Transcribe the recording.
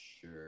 sure